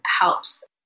helps